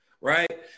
right